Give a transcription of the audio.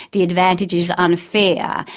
the advantage is unfair,